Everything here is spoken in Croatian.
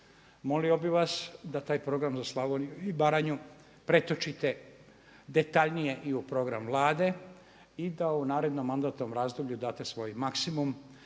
Molio bih vas da taj program za Slavoniju i Baranju pretočite detaljnije i u program Vlade i da u narednom mandatnom razdoblju date svoj maksimum